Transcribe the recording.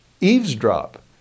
eavesdrop